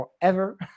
forever